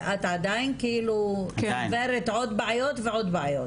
ואת עדיין, כאילו, עוברת עוד בעיות ועוד בעיות.